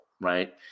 right